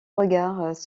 regards